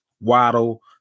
Waddle